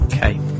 Okay